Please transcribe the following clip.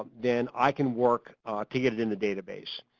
then i can work to get it in the database.